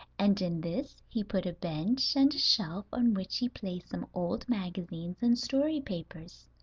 and in this he put a bench and a shelf on which he placed some old magazines and story papers.